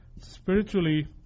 spiritually